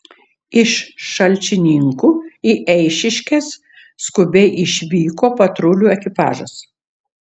iš šalčininkų į eišiškes skubiai išvyko patrulių ekipažas